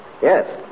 Yes